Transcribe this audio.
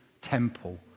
temple